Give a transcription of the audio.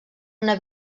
una